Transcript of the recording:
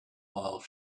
while